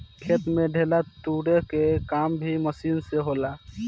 खेत में ढेला तुरे के काम भी मशीन से हो जाला